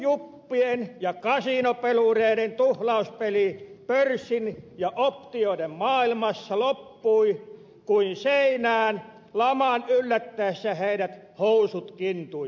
uusjuppien ja kasinopelureiden tuhlauspeli pörssin ja optioiden maailmassa loppui kuin seinään laman yllättäessä heidät housut kintuissa